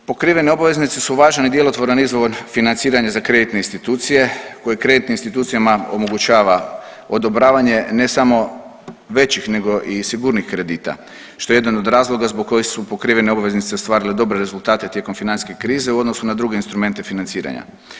Pokrivene obveznice su važan i djelotvoran izvor financiranja za kreditne institucije koje kreditnim institucijama omogućava odobravanje ne samo većih nego i sigurnih kredita što je jedan od razloga zbog kojih su obveznice ostvarile dobre rezultate tijekom financijske krize u odnosu na druge instrumente financiranja.